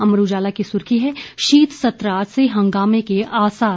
अमर उजाला की सुर्खी है शीत सत्र आज से हंगामे के आसार